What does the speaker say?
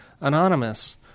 anonymous